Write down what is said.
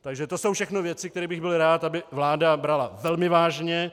Takže to jsou všechno věci, které bych byl rád, aby vláda brala velmi vážně.